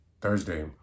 Thursday